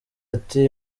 ati